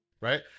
right